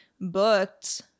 booked